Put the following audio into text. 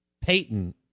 Payton